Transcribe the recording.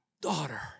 daughter